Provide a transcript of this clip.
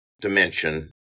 dimension